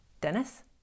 Dennis